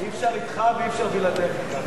אי-אפשר אתך ואי-אפשר בלעדיך.